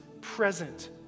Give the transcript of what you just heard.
present